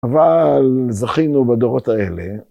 אבל זכינו בדורות האלה.